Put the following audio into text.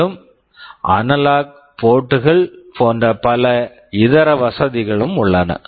மேலும் analog port analog ports கள் போன்ற பல இதர வசதிகளும் உள்ளன